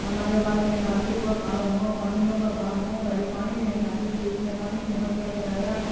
ہمارے واڈ میں نالیوں کا کام ہو پانیوں کا کام ہو پہلے پانی نہیں آتی تھی اس نے پانی مہیا کرایا